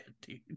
dude